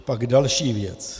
Pak další věc.